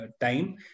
time